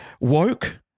woke